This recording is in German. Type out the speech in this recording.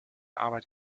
arbeit